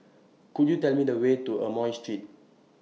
Could YOU Tell Me The Way to Amoy Street